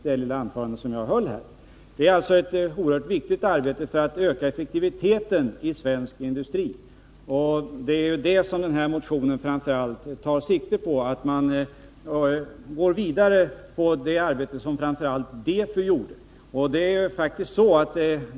Det är ett oerhört viktigt arbete för att öka effektiviteten i svensk industri, och motionen tar sikte på att man skall gå vidare på det arbete som framför allt DEFU uträttade.